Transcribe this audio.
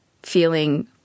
feeling